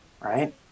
Right